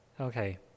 Okay